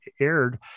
aired